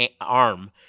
arm